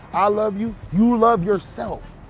i love you, you love yourself.